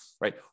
Right